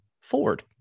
Ford